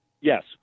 Yes